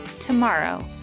tomorrow